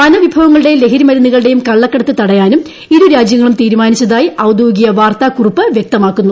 വനവിഭവങ്ങളുടെ ലഹരിമരുന്നുകളുടേയും കളളക്കടത്ത് തടയാനും ഇരുരാജ്യങ്ങളും തീരുമാനിച്ചതായി ഔദ്യോഗിക വാർത്താകുറിപ്പ് വൃക്തമാക്കുന്നു